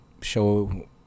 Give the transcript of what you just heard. show